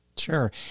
Sure